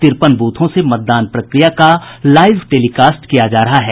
तिरपन बूथों से मतदान प्रक्रिया का लाईव टेलीकास्ट किया जा रहा है